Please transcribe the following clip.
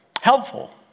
helpful